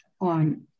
on